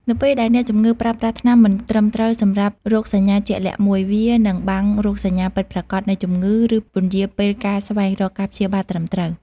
នៅពេលដែលអ្នកជំងឺប្រើប្រាស់ថ្នាំមិនត្រឹមត្រូវសម្រាប់រោគសញ្ញាជាក់លាក់មួយ វានឹងបាំងរោគសញ្ញាពិតប្រាកដនៃជំងឺ ឬពន្យារពេលការស្វែងរកការព្យាបាលត្រឹមត្រូវ។